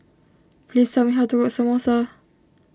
please tell me how to cook Samosa